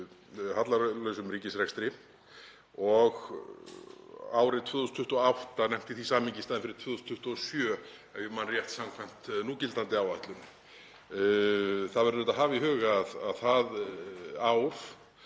hallalausum ríkisrekstri, og árið 2028 nefnt í því samhengi í staðinn fyrir 2027, ef ég man rétt, samkvæmt núgildandi áætlun. Það verður að hafa í huga að það ár